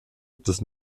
des